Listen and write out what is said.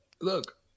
look